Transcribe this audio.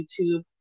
youtube